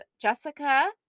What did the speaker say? Jessica